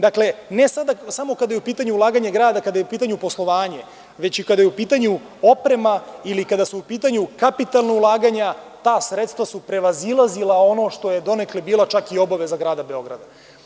Dakle, ne samo kada je u pitanju ulaganje grada, kada je u pitanju poslovanje, već i kada je u pitanju oprema ili kada su u pitanju kapitalna ulaganja, ta sredstva su prevazilazila ono što je donekle čak bila i obaveza Grada Beograd.